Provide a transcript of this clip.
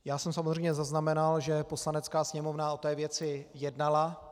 Já jsem samozřejmě zaznamenal, že Poslanecká sněmovna o té věci jednala.